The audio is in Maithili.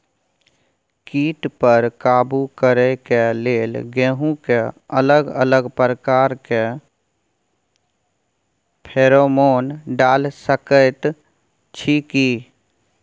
कीट पर काबू करे के लेल गेहूं के अलग अलग प्रकार के फेरोमोन डाल सकेत छी की?